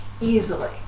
easily